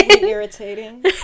irritating